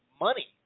money